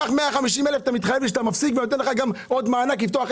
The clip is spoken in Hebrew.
תנו להם 150,000 עם התחייבות שהם מפסיקים למכור את המוצרים האלה.